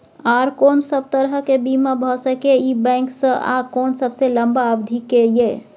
आर कोन सब तरह के बीमा भ सके इ बैंक स आ कोन सबसे लंबा अवधि के ये?